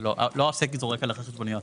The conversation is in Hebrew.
לא העוסק --- על החשבוניות.